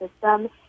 System